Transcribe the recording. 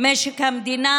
משק המדינה,